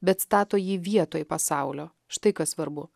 bet stato jį vietoj pasaulio štai kas svarbu